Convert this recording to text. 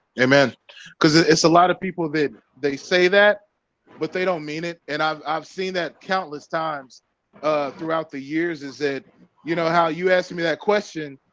amen because it's a lot of people did they say that but they don't mean it and i've i've seen that countless times throughout the years is it you know how you asked me that question?